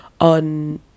on